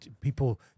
people